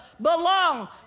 belong